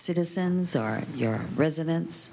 citizens are your residence